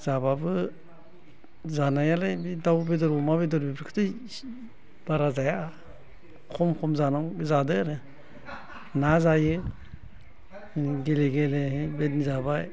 जाबाबो जानायालाय दाउ बेदर अमा बेदर बेफोररखौथ' इसे बारा जाया खम खम जादों आरो ना जायो गेले गेले बेबायदिनो जाबाय